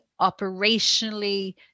operationally